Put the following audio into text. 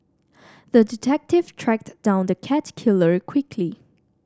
the detective tracked down the cat killer quickly